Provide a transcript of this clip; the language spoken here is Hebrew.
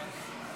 כן.